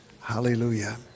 Hallelujah